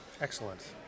excellent